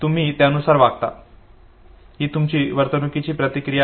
तुम्ही त्यानुसार वागता ही तुमची वर्तणुकीची प्रतिक्रिया आहे